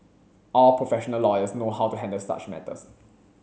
all professional lawyers know how to handle such matters